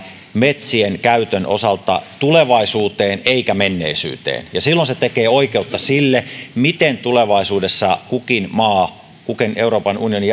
metsien käytön osalta tulevaisuuteen eikä menneisyyteen silloin se tekee oikeutta sille miten tulevaisuudessa kukin euroopan unionin